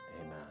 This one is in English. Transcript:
Amen